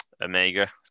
Omega